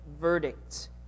verdicts